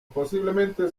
posiblemente